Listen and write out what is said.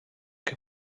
que